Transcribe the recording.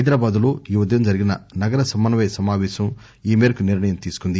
హైదరాబాద్ లో ఈ ఉదయం జరిగిన నగర సమన్వయ సమాపేశం ఈ మేరకు నిర్ణయం తీసుకుంది